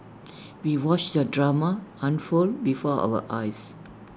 we watched the drama unfold before our eyes